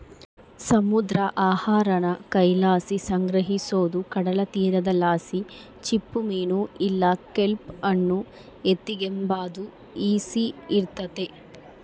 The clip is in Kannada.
ಸಮುದ್ರ ಆಹಾರಾನ ಕೈಲಾಸಿ ಸಂಗ್ರಹಿಸೋದು ಕಡಲತೀರದಲಾಸಿ ಚಿಪ್ಪುಮೀನು ಇಲ್ಲ ಕೆಲ್ಪ್ ಅನ್ನು ಎತಿಗೆಂಬಾದು ಈಸಿ ಇರ್ತತೆ